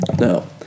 No